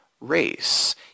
race